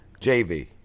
JV